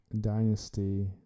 dynasty